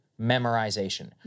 memorization